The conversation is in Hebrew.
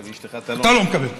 אתה לא מקבל.